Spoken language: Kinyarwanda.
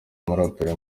n’umuraperi